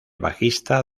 bajista